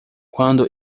quando